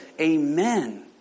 Amen